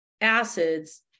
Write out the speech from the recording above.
acids